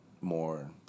more